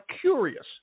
curious